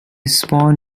spawn